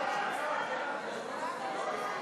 ההצעה להעביר את הצעת חוק הסדרים במשק המדינה (תיקוני